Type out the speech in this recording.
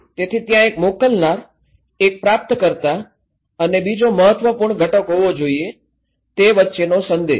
તેથી ત્યાં એક મોકલનાર એક પ્રાપ્તકર્તા અને બીજો મહત્વપૂર્ણ ઘટક હોવો જોઈએ તે વચ્ચેનો સંદેશ